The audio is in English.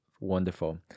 Wonderful